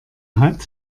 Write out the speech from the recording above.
hat